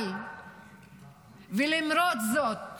אבל ולמרות זאת,